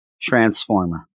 Transformer